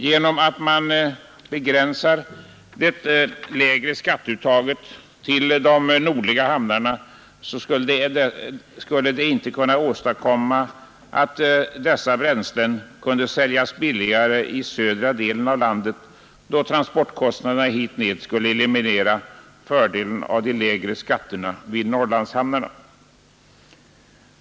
Genom att man begränsar det lägre skatteuttaget till de nordliga hamnarna skulle dessa bränslen icke kunna säljas billigare i södra delen av landet, då transportkostnaderna hit ned skulle eliminera fördelen av de lägre skatterna vid Norrlandshamnarna.